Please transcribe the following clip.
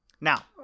Now